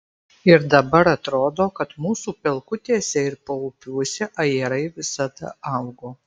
ir dabar atrodo kad mūsų pelkutėse ir paupiuose ajerai visada augo